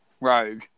Rogue